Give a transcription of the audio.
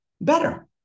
better